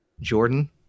Jordan